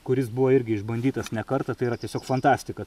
kuris buvo irgi išbandytas ne kartą tai yra tiesiog fantastika